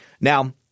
Now